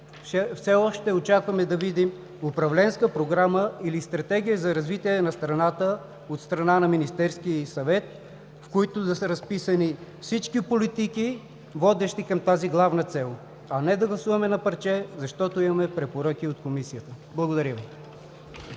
все още очакваме да видим управленска програма или Стратегия за развитие на страната от страна на Министерския ѝ съвет, в която да са разписани всички политики, водещи към тази главна цел, а не да гласуваме на парче, защото имаме препоръки от Комисията. Благодаря Ви.